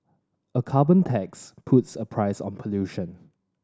a carbon tax puts a price on pollution